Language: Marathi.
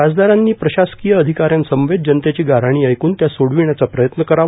खासदारानी प्रशासकिय अधिकाऱ्यांसमवेत जनतेची गाऱ्हाणी ऐकूण त्या सोडविण्याचा प्रयत्न करावा